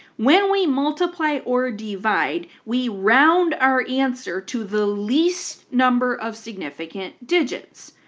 when we multiply or divide we round our answer to the least number of significant digits.